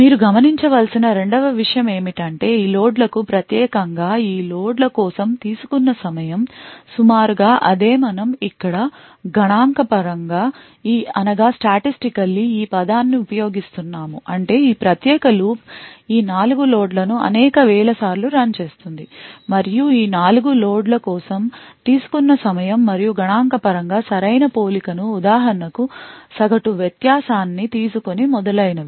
మీరు గమనించవల్సిన రెండవ విషయం ఏమిటంటే ఈ లోడ్లకు వ్యతిరేకం గా ఈ లోడ్ల కోసం తీసుకున్న సమయం సుమారుగా అదే మనం ఇక్కడ గణాంకపరంగా ఈ పదాన్ని ఉపయోగిస్తున్నాము అంటే ఈ ప్రత్యేక లూప్ ఈ నాలుగు లోడ్ల ను అనేక వేల సార్లు రన్ చేస్తుంది మరియు ఈ నాలుగు లోడ్ల కోసం తీసుకున్న సమయం మరియు గణాంకపరంగా సరైన పోలికను ఉదాహరణకు సగటు వ్యత్యాసాన్ని తీసుకొని మొదలైనవి